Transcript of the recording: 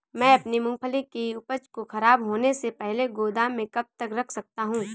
मैं अपनी मूँगफली की उपज को ख़राब होने से पहले गोदाम में कब तक रख सकता हूँ?